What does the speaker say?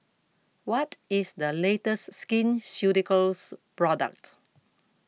What IS The latest Skin Ceuticals Product